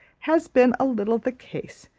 has been a little the case,